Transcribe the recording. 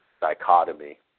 dichotomy